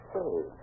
Say